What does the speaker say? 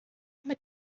mit